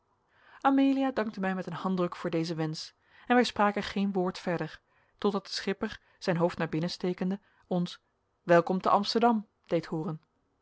amelia dankte mij met een handdruk voor dezen wensch en wij spraken geen woord verder totdat de schipper zijn hoofd naar binnen stekende ons welkom te amsterdam deed hooren